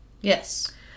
Yes